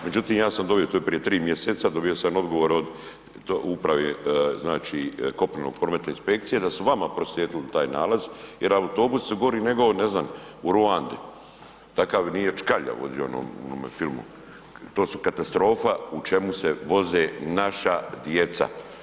Međutim ja sam dobio, to je prije tri mjeseca, dobio sam odgovor od uprave znači kopnenog prometa inspekcija da su vama proslijedili taj nalaz jer autobusi su gori nego ne znam u Ruanda, takav nije Čkalja vozio u onome filmu, to su katastrofa u čemu se voze naša djeca.